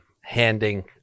handing